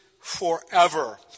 forever